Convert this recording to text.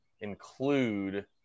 include